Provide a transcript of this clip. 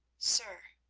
sir,